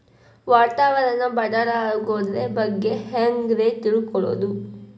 ವಾತಾವರಣ ಬದಲಾಗೊದ್ರ ಬಗ್ಗೆ ಹ್ಯಾಂಗ್ ರೇ ತಿಳ್ಕೊಳೋದು?